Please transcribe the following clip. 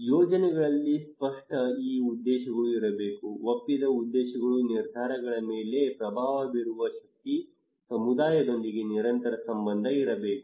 ಯೋಜನೆಗಳಲ್ಲಿ ಸ್ಪಷ್ಟ ಮತ್ತು ಉದ್ದೇಶಗಳು ಇರಬೇಕು ಒಪ್ಪಿದ ಉದ್ದೇಶಗಳು ನಿರ್ಧಾರಗಳ ಮೇಲೆ ಪ್ರಭಾವ ಬೀರುವ ಶಕ್ತಿ ಸಮುದಾಯದೊಂದಿಗೆ ನಿರಂತರ ಸಂಬಂಧ ಇರಬೇಕು